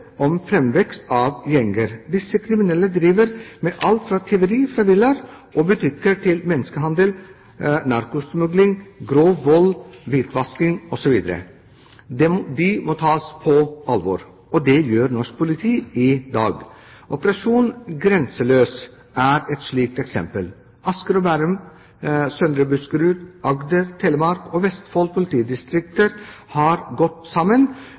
om framvekst av gjenger. Disse kriminelle driver med alt fra tyveri fra villaer og butikker til menneskehandel, narkotikasmugling, grov vold, hvitvasking osv. De må tas på alvor. Det gjør norsk politi i dag. Operasjon «Grenseløs» er et eksempel på det. Asker og Bærum, Søndre Buskerud, Agder, Telemark og Vestfold politidistrikter har gått sammen